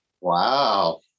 Wow